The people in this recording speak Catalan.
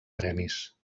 premis